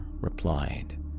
replied